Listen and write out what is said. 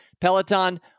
Peloton